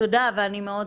תודה, ואני מאוד